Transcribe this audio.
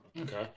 Okay